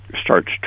starts